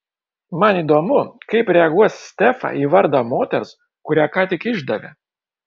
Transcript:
man įdomu kaip reaguos stefa į vardą moters kurią ką tik išdavė